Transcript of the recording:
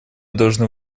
должны